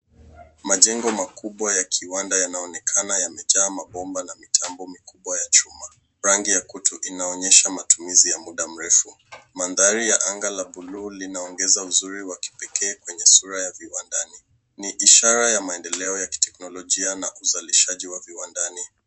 Majengo makubwa ya kiwanda yanaonekana yamejaa mabomba na mitambo mikubwa ya chuma. Rangi ya kutu inaonyesha matumizi ya muda mrefu. Mandhari ya anga la buluu inaogeza uzuri wa kipekee kwenye sura ya viwandani. Ni ishara ya maendeleo ya kiteknolojia na uzalishaji wa viwandani.